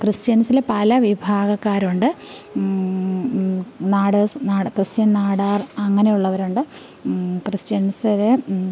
ക്രിസ്ത്യൻസിന് പല വിഭാഗക്കാരുണ്ട് നാടാഴ്സ് ക്രിസ്ത്യൻ നാടാർ അങ്ങനെയുള്ളവരുണ്ട് ക്രിസ്ത്യൻസ് അവര്